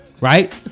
right